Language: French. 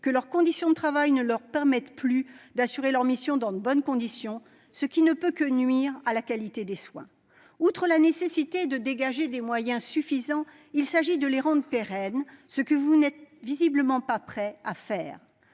et leurs conditions de travail ne leur permettent plus d'assurer leur mission dans de bonnes conditions, ce qui ne peut que nuire à la qualité des soins. Outre la nécessité de dégager des moyens suffisants, il s'agit de les rendre pérennes, ce que vous n'êtes visiblement pas prêts à faire.